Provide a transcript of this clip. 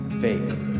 faith